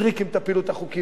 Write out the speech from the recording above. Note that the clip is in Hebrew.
תפילו את החוקים האלה,